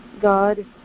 God